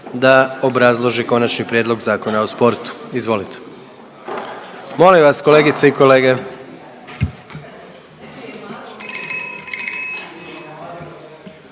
da obrazloži Konačni prijedlog Zakona o sportu. Izvolite. Molim vas kolegice i kolege.